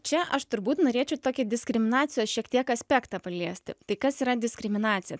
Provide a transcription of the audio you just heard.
čia aš turbūt norėčiau tokį diskriminacijos šiek tiek aspektą paliesti tai kas yra diskriminacija